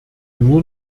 nur